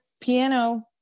piano